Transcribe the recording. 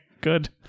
good